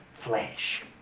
flesh